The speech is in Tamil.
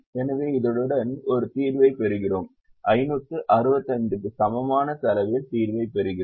எனவே இதனுடன் ஒரு தீர்வைப் பெறுகிறோம் 565 க்கு சமமான செலவில் தீர்வைப் பெறுகிறோம்